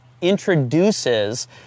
introduces